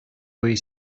буе